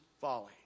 folly